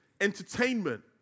entertainment